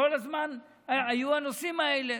כל הזמן היו הנושאים האלה.